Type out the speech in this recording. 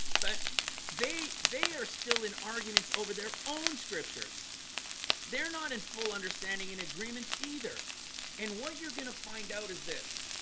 but they they are still in arguments over their own scriptures they're not in full understanding in agreement either and what you're gonna find out is this